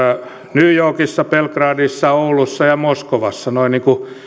new yorkissa belgradissa oulussa ja moskovassa noin niin kuin